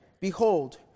Behold